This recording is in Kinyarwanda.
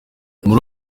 muri